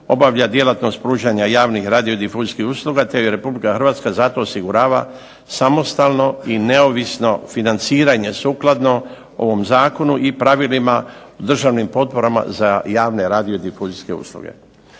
obavlja djelatnost pružanja javnih radiodifuzijskih usluga, te Republika Hrvatska za to osigurava samostalno i neovisno financiranje sukladno ovom zakonu i pravilima državnim potporama za javne radiodifuzijske usluge.